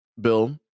bill